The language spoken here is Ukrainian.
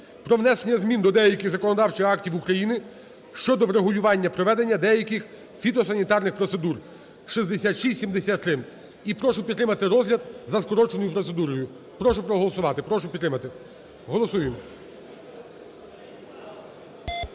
про внесення змін до деяких законодавчих актів України щодо врегулювання проведення деяких фітосанітарних процедур (6673). І прошу підтримати розгляд за скороченою процедурою. Прошу проголосувати, прошу підтримати, голосуємо.